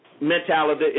mentality